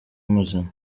muzima